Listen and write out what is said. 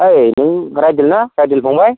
ओइ नों ब्राइदेल ना ब्राइदेल फंबाय